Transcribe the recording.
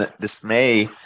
dismay